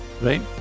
right